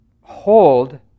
hold